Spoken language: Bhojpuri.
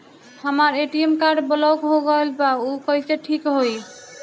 हमर ए.टी.एम कार्ड ब्लॉक हो गईल बा ऊ कईसे ठिक होई?